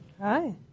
Hi